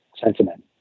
sentiment